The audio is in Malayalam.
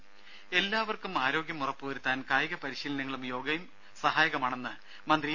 ദ്ദേ എല്ലാവർക്കും ആരോഗ്യം ഉറപ്പു വരുത്താൻ കായിക പരിശീലനങ്ങളും യോഗയും സഹായകമാണെന്ന് മന്ത്രി ഇ